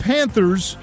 Panthers